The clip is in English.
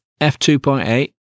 F2.8